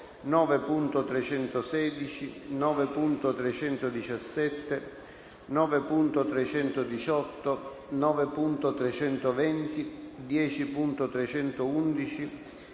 9.316, 9.317, 9.318, 9.320, 10.311,